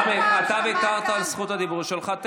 סמי, אתה ויתרת על זכות הדיבור שלך.